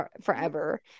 forever